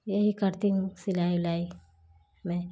यही करती हूँ सिलाई विलाई मैं